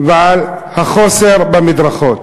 ועל החוסר במדרכות,